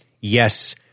yes